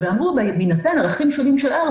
ואמרו שבהינתן ערכים שונים של R,